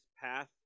path